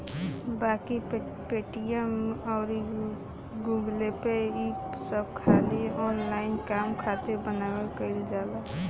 बाकी पेटीएम अउर गूगलपे ई सब खाली ऑनलाइन काम खातिर बनबे कईल बा